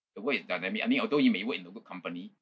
the world is dynamic I mean although you may work in a good company